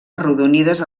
arrodonides